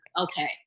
okay